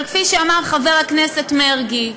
אבל כפי שאמר חבר הכנסת מרגי,